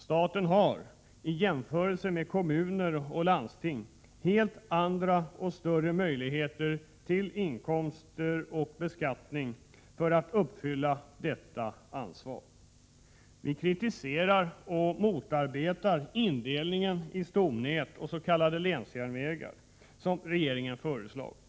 Staten har, i jämförelse med kommuner och landsting, helt andra och större möjligheter till inkomster och beskattning för att uppfylla detta ansvar. Vi kritiserar och motarbetar indelningen i stomnät och s.k. länsjärnvägar, som regeringen föreslagit.